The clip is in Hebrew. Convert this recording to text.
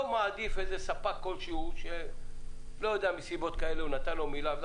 מעדיף ספק כלשהו שמסיבות כלשהן הוא נתן לו מילה.